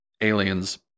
aliens